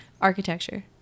Architecture